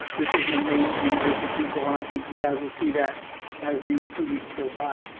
this is an amazing group of people, and i think you guys will see that as these two weeks go by.